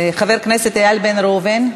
חבר הכנסת איל בן ראובן.